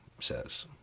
says